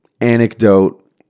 anecdote